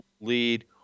lead